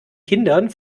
kindern